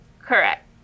Correct